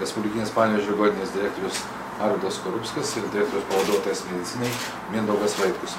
respublikinės panevėžio ligoninės direktorius arvydas skorupskas ir direktoriaus pavaduotojas medicinai mindaugas vaitkus